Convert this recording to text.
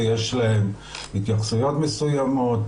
ויש להן התייחסויות מסוימות,